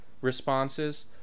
responses